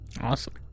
Awesome